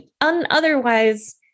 otherwise